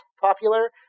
popular